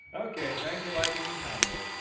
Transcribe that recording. okay, thanks for liking and commenting.